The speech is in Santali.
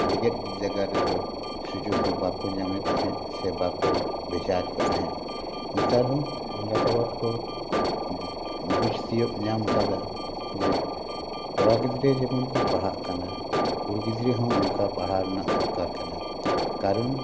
ᱡᱮᱜᱮᱫ ᱵᱤᱫᱽᱫᱟᱹ ᱜᱟᱲ ᱨᱮᱫᱚ ᱥᱩᱡᱳᱜ ᱫᱚ ᱵᱟᱠᱚ ᱧᱟᱢᱮᱫ ᱛᱟᱦᱮᱫ ᱥᱮ ᱵᱟᱠᱚ ᱵᱷᱮᱡᱟᱭᱮᱫ ᱛᱟᱦᱮᱫ ᱱᱮᱛᱟᱨ ᱦᱚᱸ ᱮᱸᱜᱟᱛ ᱟᱯᱟᱛ ᱠᱚ ᱵᱩᱡ ᱛᱤᱭᱟᱹᱜ ᱧᱟᱢ ᱟᱠᱟᱫᱟ ᱡᱮ ᱠᱚᱲᱟ ᱜᱤᱫᱽᱨᱟᱹ ᱡᱚᱠᱷᱚᱱ ᱠᱚ ᱯᱟᱲᱦᱟᱜ ᱠᱟᱱᱟ ᱠᱩᱲᱤ ᱜᱤᱫᱽᱨᱟ ᱦᱚᱸ ᱚᱱᱠᱟ ᱯᱟᱲᱦᱟᱣ ᱨᱮᱱᱟᱜ ᱫᱚᱨᱠᱟᱨ ᱠᱟᱱᱟ ᱠᱟᱨᱚᱱ